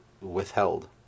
withheld